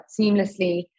seamlessly